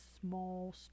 small